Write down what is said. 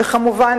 וכמובן,